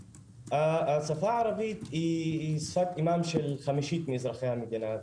השפה הערבית היא שפת אמם של חמישית מאזרחי המדינה,